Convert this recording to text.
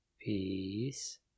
Peace